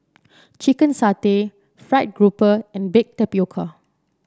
Chicken Satay fried grouper and Baked Tapioca